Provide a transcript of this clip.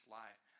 life